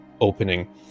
opening